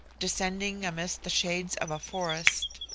descending amidst the shades of a forest.